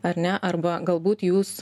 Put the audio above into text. ar ne arba galbūt jūs